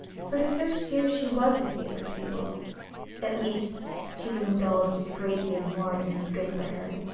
for the first year she was a favorite pupil at least she was indulged a great deal more than was good for her.